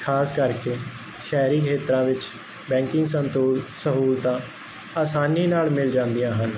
ਖਾਸ ਕਰਕੇ ਸ਼ਹਿਰੀ ਖੇਤਰਾਂ ਵਿੱਚ ਬੈਂਕਿੰਗ ਸੰਤੁਲ ਸਹੂਲਤਾਂ ਆਸਾਨੀ ਨਾਲ ਮਿਲ ਜਾਂਦੀਆਂ ਹਨ